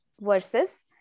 versus